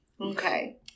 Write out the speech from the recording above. Okay